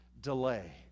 delay